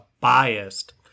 biased